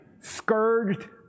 scourged